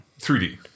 3D